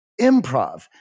improv